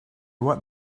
want